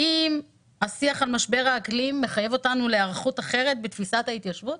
האם השיח על משבר האקלים מחייב אותנו להיערכות אחרת בתפיסת ההתיישבות?